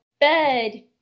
bed